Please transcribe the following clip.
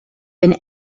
been